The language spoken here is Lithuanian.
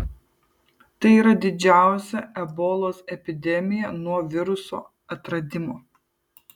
tai yra didžiausia ebolos epidemija nuo viruso atradimo